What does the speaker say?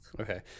Okay